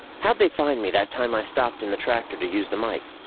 how'd they find me that time i stopped in the tractor to use the mike?